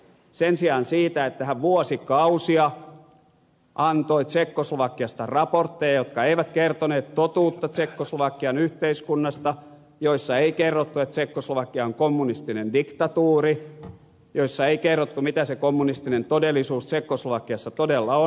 sen sijaan siitä että hän vuosikausia antoi tsekkoslovakiasta raportteja jotka eivät kertoneet totuutta tsekkoslovakian yhteiskunnasta joissa ei kerrottu että tsekkoslovakia on kommunistinen diktatuuri ei kerrottu mitä se kommunistinen todellisuus tsekkoslovakiassa todella on